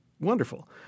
wonderful